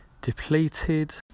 depleted